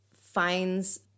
finds